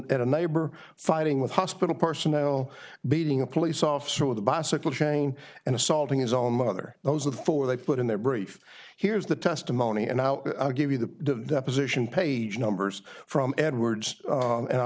at a neighbor fighting with hospital personnel beating a police officer with a bicycle chain and assaulting his own mother those are the four they put in their brief here's the testimony and i'll give you the deposition page numbers from edwards and i'll